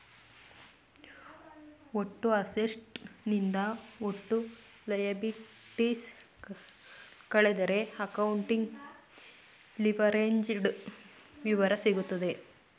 ಒಟ್ಟು ಅಸೆಟ್ಸ್ ನಿಂದ ಒಟ್ಟು ಲಯಬಲಿಟೀಸ್ ಕಳೆದರೆ ಅಕೌಂಟಿಂಗ್ ಲಿವರೇಜ್ಡ್ ವಿವರ ಸಿಗುತ್ತದೆ